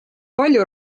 palju